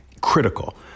Critical